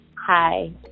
Hi